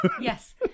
Yes